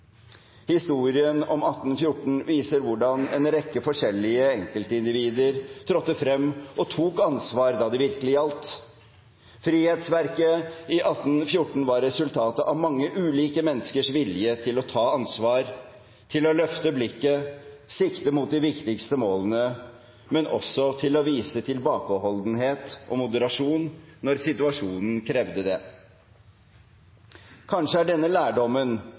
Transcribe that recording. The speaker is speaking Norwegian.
Historien om 1814 viser hvordan en rekke forskjellige enkeltindivider trådte frem og tok ansvar da det virkelig gjaldt. Frihetsverket i 1814 var resultatet av mange ulike menneskers vilje til å ta ansvar, til å løfte blikket, sikte mot de viktigste målene, men også til å vise tilbakeholdenhet og moderasjon når situasjonen krevde det. Kanskje er denne lærdommen